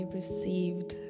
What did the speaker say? received